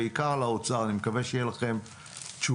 בעיקר לאוצר אני מקווה שיהיו לכם תשובות